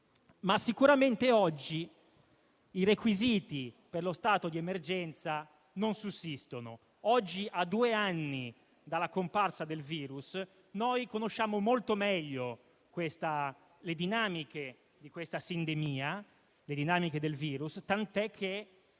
Sicuramente oggi i requisiti per lo stato di emergenza non sussistono. Oggi, a due anni dalla comparsa del virus, conosciamo molto meglio le dinamiche di questa sindemia, tant'è che